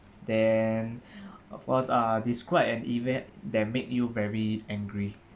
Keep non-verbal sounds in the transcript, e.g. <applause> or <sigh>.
then <breath> of course uh describe an event that make you very angry